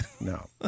No